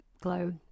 glow